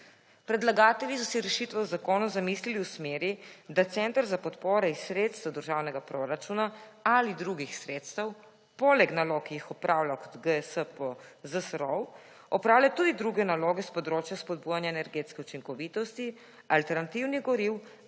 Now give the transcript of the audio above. Predlagatelji so si rešitve v zakonu zamislili v smeri, da center za podporo iz sredstev državnega proračuna ali drugih sredstev poleg nalog, ki jih opravlja /nerazumljivo/ po ZSROV, opravlja tudi druge naloge s področja spodbujanja energetske učinkovitosti, alternativnih goriv